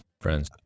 friends